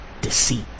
deceit